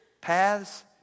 paths